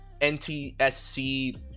NTSC